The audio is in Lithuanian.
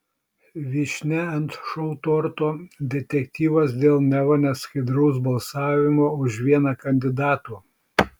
vyšnia ant šou torto detektyvas dėl neva neskaidraus balsavimo už vieną kandidatų